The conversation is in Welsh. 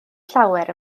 llawer